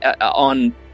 on